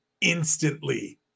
instantly